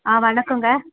ஆ வணக்கங்க